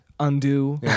Undo